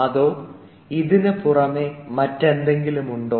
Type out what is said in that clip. അതോ ഇതിനുപുറമേ മറ്റെന്തെങ്കിലും ഉണ്ടോ